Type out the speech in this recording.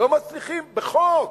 לא מצליחים, בחוק.